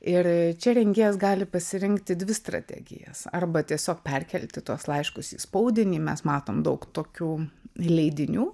ir čia rengėjas gali pasirinkti dvi strategijas arba tiesiog perkelti tuos laiškus į spaudinį mes matom daug tokių leidinių